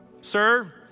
sir